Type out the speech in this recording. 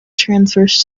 transverse